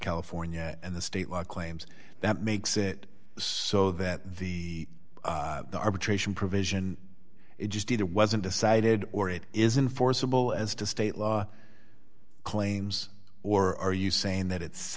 california and the state law claims that makes it so that the arbitration provision it just did it wasn't decided or it isn't forcible as to state law claims or are you saying that it's